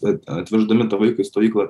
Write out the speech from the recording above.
kad atveždami vaikui stovyklą